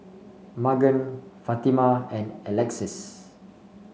Magan Fatima and Alexis